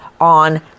on